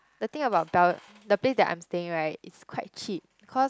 the thing about bel~ the place that I'm staying right it's quite cheap cause